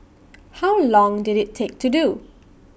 how long did IT take to do